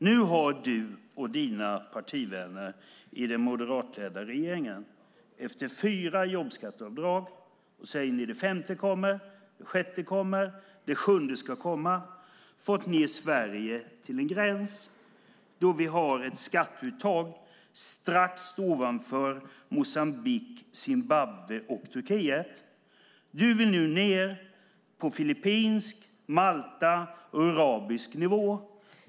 Nu har du och dina partivänner i den moderatledda regeringen - efter fyra jobbskatteavdrag säger ni att det femte kommer, att det sjätte kommer och att det sjunde ska komma - fått ned Sverige till en gräns där vi har ett skatteuttag strax ovanför Moçambiques, Zimbabwes och Turkiets. Du vill nu ned på filippinsk, maltesisk och arabisk nivå.